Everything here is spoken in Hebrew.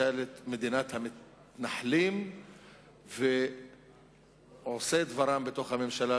המדינה הופכת להיות מדינת המתנחלים ועושי דברם בתוך הממשלה,